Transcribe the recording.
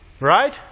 Right